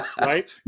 Right